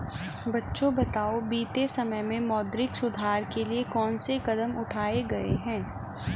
बच्चों बताओ बीते समय में मौद्रिक सुधार के लिए कौन से कदम उठाऐ गए है?